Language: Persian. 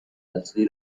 نسلی